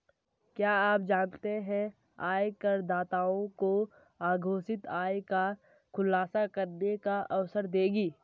क्या आप जानते है आयकरदाताओं को अघोषित आय का खुलासा करने का अवसर देगी?